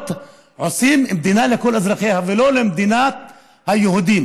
עושים מדינה לכל אזרחיה ולא מדינת היהודים.